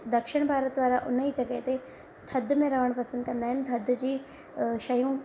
दक्षिण भारत वारा हुन ई जॻह ते थधि में रहण पसंदि कंदा आहिनि थधि जी शयूं